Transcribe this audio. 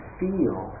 feel